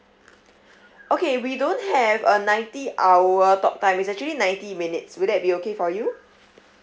okay we don't have a ninety hour talk time it's actually ninety minutes will that be okay for you